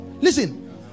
Listen